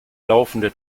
laufende